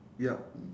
yup